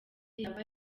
yaba